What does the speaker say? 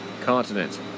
Continent